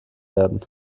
werden